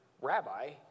rabbi